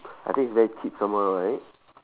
I think is very cheap some more right